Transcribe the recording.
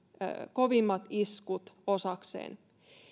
kovimmat iskut osakseen